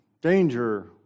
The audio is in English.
danger